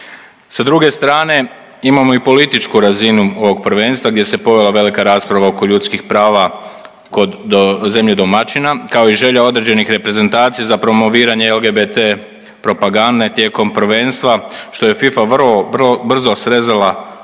Sa druge strane imamo i političku razinu ovog prvenstva gdje se povela velika rasprava oko ljudskih prava kod zemlje domaćina, kao i želja određenih reprezentacija za promoviranje LGBT propagande tijekom prvenstva, što je Fifa vrlo, vrlo brzo srezala